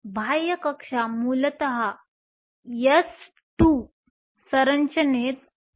तर बाह्य कक्षा मूलतः s2 सरंचनेत आहेत